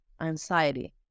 anxiety